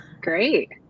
Great